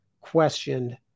questioned